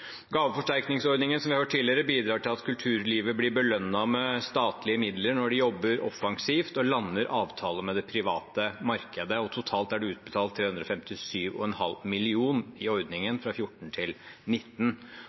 Gaveforsterkningsordningen bidrar, som vi har hørt tidligere, til at kulturlivet blir belønnet med statlige midler når de jobber offensivt og lander avtaler med det private markedet. Totalt er det utbetalt 357,5 mill. kr i